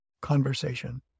conversation